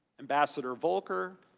ambassador volker,